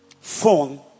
phone